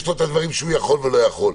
יש לו את הדברים שהוא יכול ולא יכול,